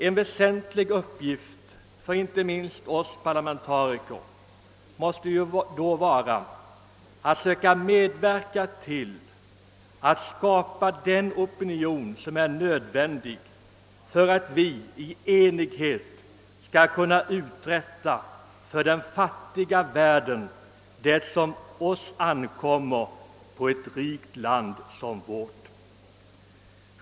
En väsentlig uppgift för inte minst oss parlamentariker måste ju då vara att söka medverka till att skapa den opinion som är nödvändig för att vi i enighet skall kunna uträtta för den fattiga världen vad som bör ankomma på ett rikt land som vårt.